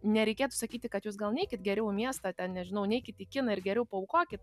nereikėtų sakyti kad jūs gal neikit geriau į miestą ten nežinau neikit į kiną ir geriau paaukokit